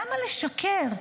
למה לשקר?